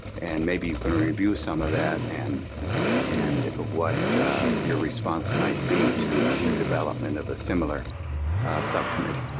and maybe you can review some of that and and what your response might be to the development of a similar subcommittee.